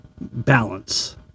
balance